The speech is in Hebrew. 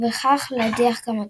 ובכך להדיח גם אותה.